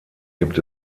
gibt